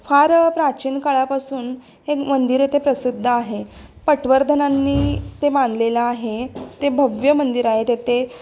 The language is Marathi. फार प्राचीन काळापासून एक मंदिर येथे प्रसिद्ध आहे पटवर्धनांनी ते बांधलेलं आहे ते भव्य मंदिर आहे तेथे